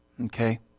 Okay